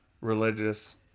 religious